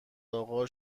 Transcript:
اقا